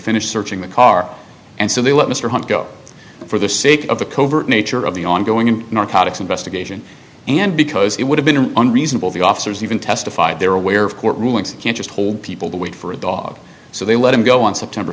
finished searching the car and so they let mr hunt go for the sake of the covert nature of the ongoing and narcotics investigation and because it would have been unreasonable the officers even testified they were aware of court rulings can't just hold people the way for a dog so they let him go on september